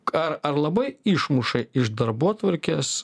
ar ar labai išmuša iš darbotvarkės